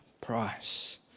price